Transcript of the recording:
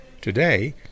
Today